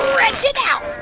stretch it out.